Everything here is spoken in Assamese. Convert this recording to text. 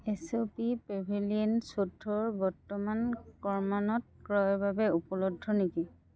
এইচ পি পেভিলিয়ন চৈধ্যৰ বৰ্তমান ক্ৰমনত ক্ৰয়ৰ বাবে উপলব্ধ নেকি